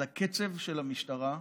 על הקצב של המשטרה,